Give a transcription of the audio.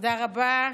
תודה רבה.